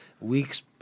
Weeks